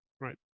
right